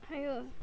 还有